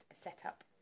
set-up